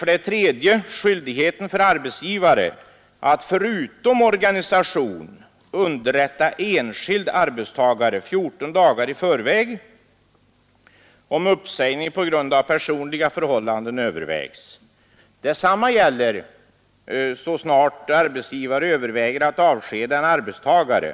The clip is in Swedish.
För det tredje gäller det den föreslagna skyldigheten för arbetsgivaren att, förutom organisation, underrätta enskild arbetstagare 14 dagar i förväg, om uppsägning på grund av personliga förhållanden övervägs. Detsamma gäller så snart arbetsgivare överväger att avskeda en arbetstagare.